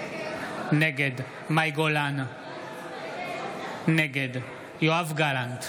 נגד מאי גולן נגד יואב גלנט,